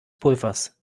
pulvers